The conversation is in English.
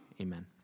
Amen